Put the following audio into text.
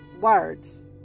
words